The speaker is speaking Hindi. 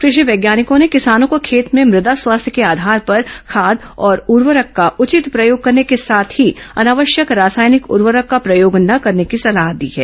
कृषि वैज्ञानिकों ने किसानों को खेत में मृदा स्वास्थ्य के आधार पर खाद और उर्वरक का उचित प्रयोग करने के साथ ही अनावश्यक रासायनिक उर्वरक का प्रयोग न करने की सलाह दी है